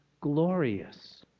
glorious